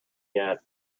yet